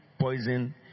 poison